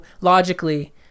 logically